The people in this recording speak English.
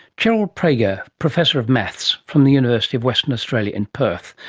cheryl praeger, professor of maths from the university of western australia in perth,